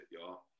y'all